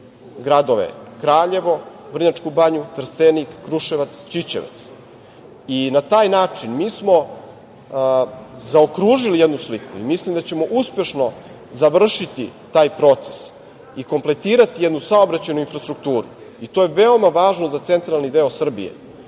gradove Kraljevo, Vrnjačku banju, Trstenik, Kruševac, Ćićevac. Na taj način mi smo zaokružili jednu sliku i mislim da ćemo uspešno završiti taj proces i kompletirati jednu saobraćajnu infrastrukturu. To je veoma važno za centralni deo Srbije